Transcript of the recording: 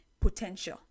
potential